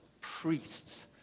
priests